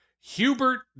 Hubert